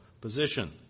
position